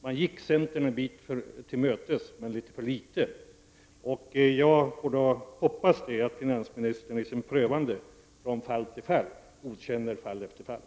Man gick centern en bit till mötes, men dock för litet. Jag hoppas att finansministern i sitt prövande från fall till fall godkänner fall efter fall.